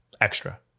Extra